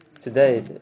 today